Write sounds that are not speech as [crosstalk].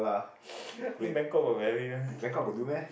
[noise] in Bangkok got very